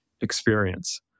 experience